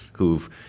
who've